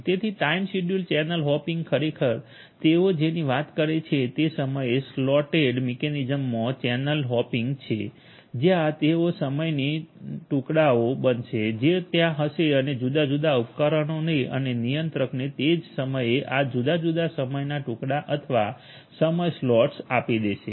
તેથી time schedule channel hopping ખરેખર તેઓ જેની વાત કરે છે તે સમય સ્લોટેડ મિકેનિઝમમાં ચેનલ હોપિંગ છે જ્યાં તેઓ સમયની ટુકડાઓ બનશે જે ત્યાં હશે અને જુદા જુદા ઉપકરણોને અને નિયંત્રકને તે જ સમયે આ જુદા જુદા સમયના ટુકડા અથવા સમય સ્લોટ્સ સોંપી દેશે